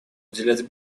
уделять